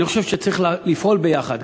אני חושב שצריך לפעול ביחד,